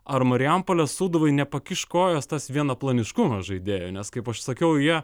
ar marijampolės sūduvai nepakiš kojos tas vienaplaniškumas žaidėjo nes kaip aš sakiau jie